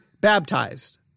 baptized